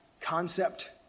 concept